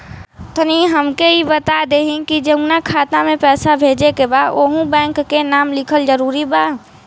तनि हमके ई बता देही की जऊना खाता मे पैसा भेजे के बा ओहुँ बैंक के नाम लिखल जरूरी बा?